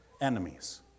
enemies